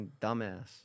dumbass